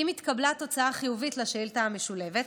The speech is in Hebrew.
אם התקבלה תוצאה חיובית לשאילתה המשולבת,